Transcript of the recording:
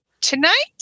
tonight